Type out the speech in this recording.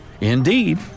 Indeed